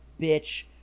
bitch